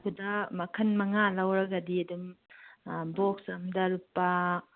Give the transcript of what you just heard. ꯑꯗꯨꯅ ꯃꯈꯟ ꯃꯉꯥ ꯂꯧꯔꯒꯗꯤ ꯑꯗꯨꯝ ꯕꯣꯛꯁ ꯑꯝꯗ ꯂꯨꯄꯥ